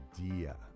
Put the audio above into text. idea